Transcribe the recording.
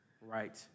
right